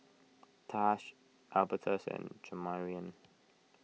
Taj Albertus and Jamarion